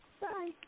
Bye